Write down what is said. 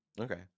Okay